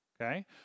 okay